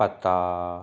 ਪਤਾ